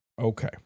okay